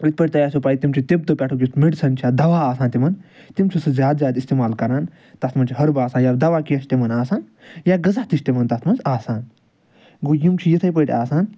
یِتھ پٲٹھۍ تۄہہِ آسیٚو پاے کہ تِم چھِ تِبتہٕ پیٚٹھُک یُس میٚڈسَن چھَ دوا آسان تِمَن تِم چھ سُہ زیاد زیاد اِستعمال کران تتھ مَنٛز چھِ ہیٚرب آسان یا دوا کینٛہہ چھُ تمن آسان یا غذا تہ چھُ تمن تتھ مَنٛز آسان گوٚو یِم چھِ یِتھے پٲٹھۍ آسان